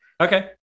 Okay